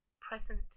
present